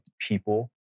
people